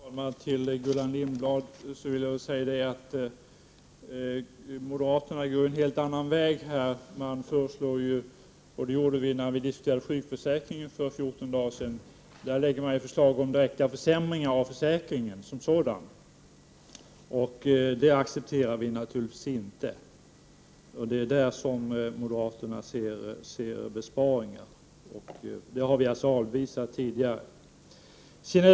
Herr talman! Till Gullan Lindblad vill jag säga att moderaterna går en helt annan väg. De lägger ju — som t.ex. när vi diskuterade sjukförsäkringen för fjorton dagar sedan — fram förslag till direkta försämringar av försäkringen som sådan. Det accepterar vi naturligtvis inte. Det är i sådana sammanhang som moderaterna ser möjligheterna till besparingar, men sådana förslag har vi tidigare avvisat.